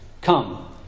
Come